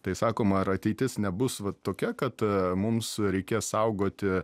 tai sakoma ar ateitis nebus va tokia kad mums reikės saugoti